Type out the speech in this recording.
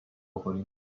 بخوریم